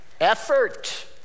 Effort